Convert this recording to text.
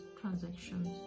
transactions